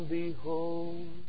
behold